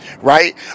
Right